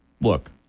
look